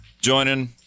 joining